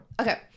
Okay